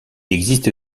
existe